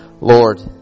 Lord